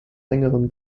längeren